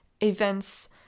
events